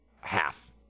half